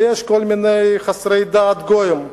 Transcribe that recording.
ויש כל מיני חסרי דת גויים,